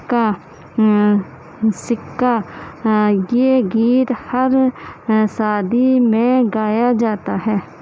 کا سکّہ یہ گیت ہر شادی میں گایا جاتا ہے